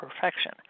perfection